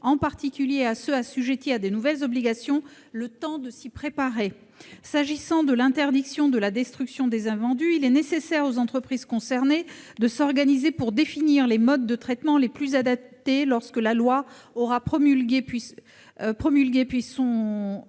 en particulier à celles qui sont assujetties à de nouvelles obligations, le temps de s'y préparer. S'agissant de l'interdiction de la destruction des invendus, les entreprises concernées doivent s'organiser pour définir les modes de traitement les plus adaptés, lorsque la loi aura été promulguée et son